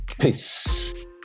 Peace